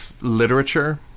literature